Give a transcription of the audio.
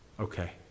Okay